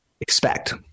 expect